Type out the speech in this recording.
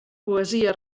poesia